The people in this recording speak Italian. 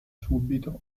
subito